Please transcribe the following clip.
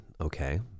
okay